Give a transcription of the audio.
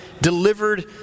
delivered